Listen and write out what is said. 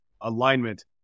alignment